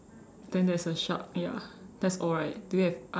then there's a shark ya that's all right do you have other